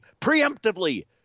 preemptively